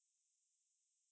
it's ya